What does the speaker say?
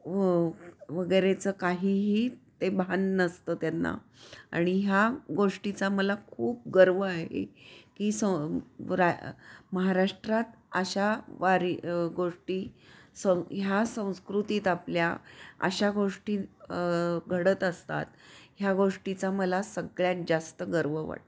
व वगैरेचं काहीही ते भान नसतं त्यांना आणि ह्या गोष्टीचा मला खूप गर्व आहे की सं राय महाराष्ट्रात अशा वारी गोष्टी सं ह्या संस्कृतीत आपल्या अशा गोष्टी घडत असतात ह्या गोष्टीचा मला सगळ्यात जास्त गर्व वाटतो